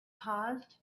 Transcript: paused